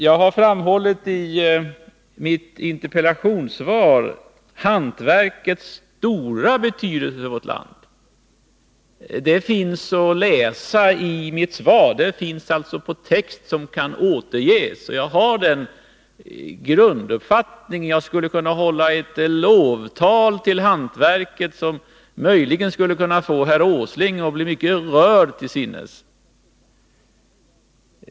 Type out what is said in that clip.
Jag har i mitt interpellationssvar framhållit hantverkets stora betydelse för vårt land. Det finns att läsa i mitt svar — där finns texter i detta avseende som kan återges. Jag har den grunduppfattningen, och jag skulle kunna hålla ett lovtal till hantverket, som möjligen skulle kunna få herr Åsling att bli rörd till sinnes.